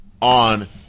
on